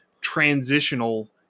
transitional